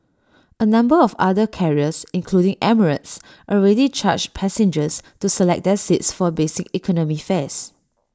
A number of other carriers including emirates already charge passengers to select their seats for basic economy fares